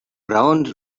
raons